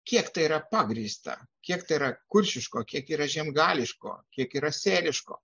kiek tai yra pagrįsta kiek tai yra kuršiško kiek yra žiemgališko kiek yra sėliško